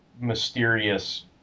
mysterious